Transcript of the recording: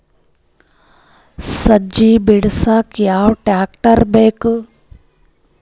ಸಜ್ಜಿ ಬಿಡಸಕ ಯಾವ್ ಟ್ರ್ಯಾಕ್ಟರ್ ಬೇಕು?